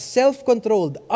self-controlled